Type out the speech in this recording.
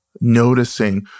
noticing